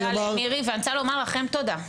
תודה למירי ואני רוצה לומר לכם תודה,